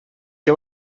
què